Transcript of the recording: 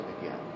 again